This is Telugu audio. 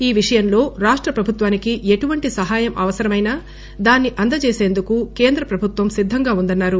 ఈ విషయంలో రాష్టప్రభుత్వానికి ఎటువంటి సహాయం అవసరమైనా దాన్ని అందజేసందుకు కేంద్రప్రభుత్వం సిద్ధంగా ఉందన్నారు